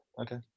Okay